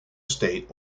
states